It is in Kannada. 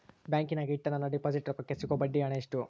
ಬ್ಯಾಂಕಿನಾಗ ಇಟ್ಟ ನನ್ನ ಡಿಪಾಸಿಟ್ ರೊಕ್ಕಕ್ಕೆ ಸಿಗೋ ಬಡ್ಡಿ ಹಣ ಎಷ್ಟು?